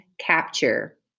capture